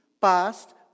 Past